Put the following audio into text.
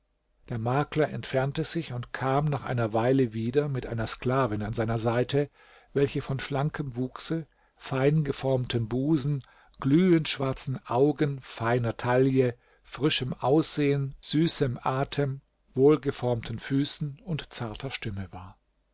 der makler entfernte sich und kam nach einer weile wieder mit einer sklavin an seiner seite welche von schlankem wuchse feingeformtem busen glühend schwarzen augen feiner taille frischem aussehen süßem atem wohlgeformten füßen und zarter stimme war